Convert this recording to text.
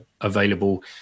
available